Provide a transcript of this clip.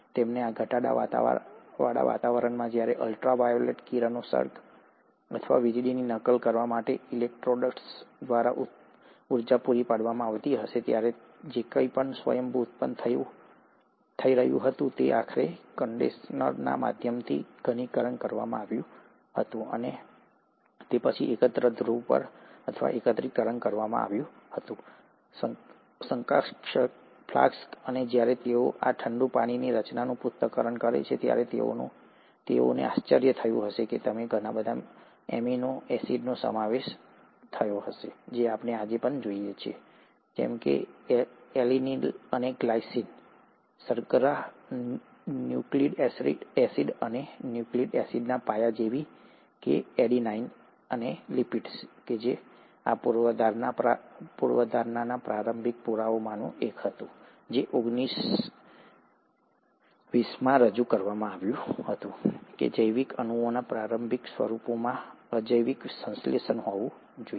હવે આ ઘટાડાવાળા વાતાવરણમાં જ્યારે અલ્ટ્રા વાયોલેટ કિરણોત્સર્ગ અથવા વીજળીની નકલ કરવા માટે ઇલેક્ટ્રોડ્સ દ્વારા ઊર્જા પૂરી પાડવામાં આવતી હતી ત્યારે જે કંઈપણ સ્વયંભૂ ઉત્પન્ન થઈ રહ્યું હતું તે આખરે કન્ડેન્સરના માધ્યમથી ઘનીકરણ કરવામાં આવ્યું હતું અને પછી એકત્ર ધ્રુવ પર અથવા એકત્રીકરણ કરવામાં આવ્યું હતું શંક્વાકાર ફ્લાસ્ક અને જ્યારે તેઓ આ ઠંડુ પાણીની રચનાનું પૃથ્થકરણ કરે છે ત્યારે તેઓને આશ્ચર્ય થયું કે તેમાં ઘણા બધા એમિનો એસિડનો સમાવેશ થાય છે જે આપણે આજે પણ જોઈએ છીએ જેમ કે એલિનિન અને ગ્લાયસીન શર્કરા ન્યુક્લીક એસિડ અને ન્યુક્લીક એસિડના પાયા જેવા કે એડીનાઇન અને લિપિડ્સ તેથી આ પૂર્વધારણાના પ્રારંભિક પુરાવાઓમાંનું એક હતું જે ઓગણીસ ઓગણવીસમાં રજૂ કરવામાં આવ્યું હતું કે જૈવિક અણુઓના પ્રારંભિક સ્વરૂપોમાં અજૈવિક સંશ્લેષણ હોવું જોઈએ